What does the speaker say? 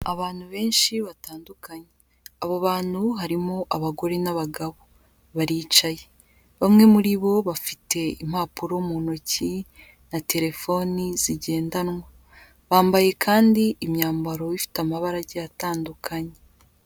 Abantu benshi batandukanye, abo bantu harimo abagore n'abagabo baricaye, bamwe muri bo bafite impapuro mu ntoki na telefoni zigendanwa, bambaye kandi imyambaro ifite amabara agiye atandukanye.